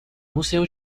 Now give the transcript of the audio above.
museo